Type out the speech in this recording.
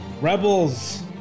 Rebels